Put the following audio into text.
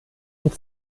und